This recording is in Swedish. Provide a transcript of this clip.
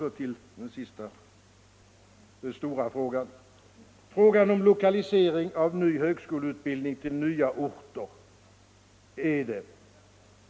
Så till den sista stora frågan, nämligen lokalisering av ny högskoleutbildning till nya orter.